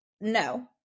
No